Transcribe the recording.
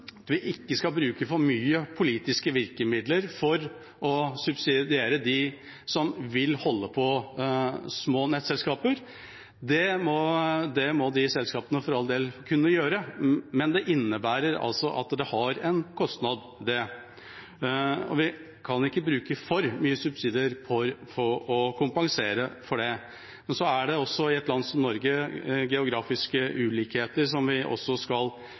at vi ikke skal bruke for mange politiske virkemidler for å subsidiere dem som vil holde på små nettselskaper. Det må de selskapene for all del kunne gjøre, men det innebærer at det har en kostnad. Vi kan ikke bruke for mye subsidier på å kompensere for det. Men i et land som Norge er det geografiske ulikheter som vi også skal